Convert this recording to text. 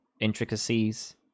intricacies